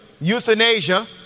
euthanasia